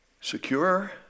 secure